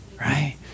right